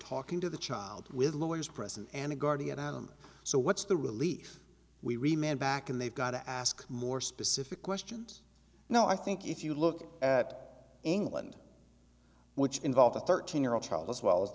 talking to the child with lawyers present and a guardian on them so what's the relief we remained back and they've got to ask more specific questions now i think if you look at england which involved a thirteen year old child as well as